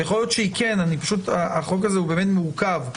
החוק הזה באמת מורכב,